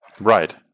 right